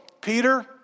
Peter